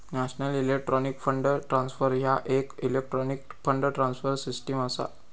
national electronic fund transfer ह्या येक electronic fund transfer system असा